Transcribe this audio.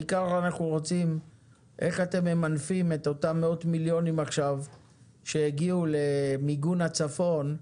בעיקר איך אתם ממנפים את אותם מאות מיליונים שהגיעו עכשיו למיגון הצפון,